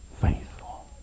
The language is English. faithful